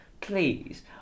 please